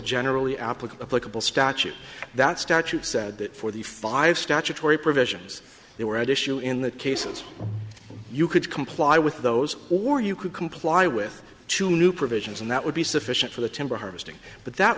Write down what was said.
generally applicable statute that statute said that for the five statutory provisions they were at issue in the cases you could comply with those or you could comply with two new provisions and that would be sufficient for the timber harvesting but that